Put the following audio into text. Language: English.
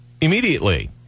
immediately